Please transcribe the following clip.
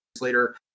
later